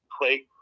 play